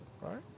right